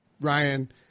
Ryan